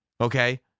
okay